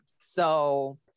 So-